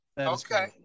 Okay